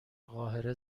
قاهره